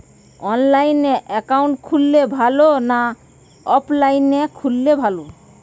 অনলাইনে একাউন্ট খুললে ভালো না অফলাইনে খুললে ভালো?